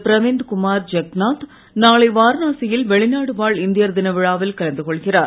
பிரவிந்த் குமார் ஜக்நாத் நாளை வாரணாசி யில் வெளிநாடு வாழ் இந்தியர் தின விழாவில் கலந்து கொள்கிறார்